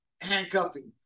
handcuffing